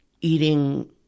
eating